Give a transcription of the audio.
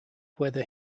whether